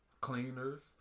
cleaners